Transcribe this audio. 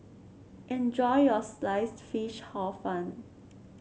enjoy your Sliced Fish Hor Fun